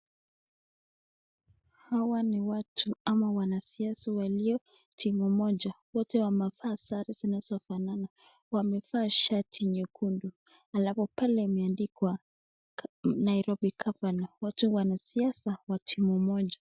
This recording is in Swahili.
Hawa ni watu ama wanasiasa walio timu moja. Wote wamevaa sare zinazofanana. Wamevaa shati nyekundu alafu pale imeandikwa Nairobi governor. Watu wanasiasa wa timu moja.